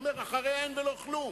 ואומר: אחר כך אין ולא כלום.